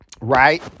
right